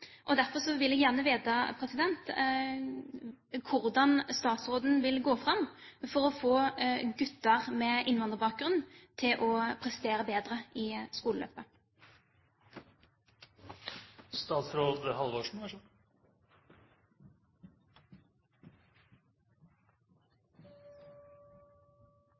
Derfor vil jeg gjerne vite hvordan statsråden vil gå fram for å få gutter med innvandrerbakgrunn til å prestere bedre i skoleløpet. Det er et veldig interessant oppfølgingsspørsmål som representanten Tajik nå kommer med, fordi vi ser så